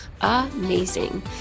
amazing